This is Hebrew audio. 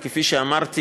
כי כפי שאמרתי,